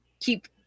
keep